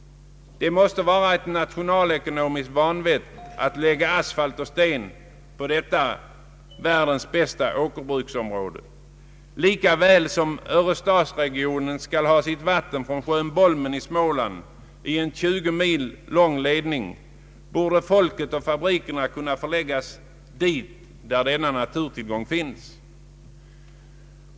Det måste vara nationalekonomiskt vanvett att lägga asfalt och sten på ett av världens bästa åkerbruksområden. Likaväl som Örestadsregionen skall ha sitt vatten från sjön Bolmen i Småland, i en 20 mil lång ledning, borde folket och fabrikerna kunna förläggas där denna naturtillgång finns.